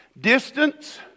distance